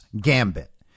gambit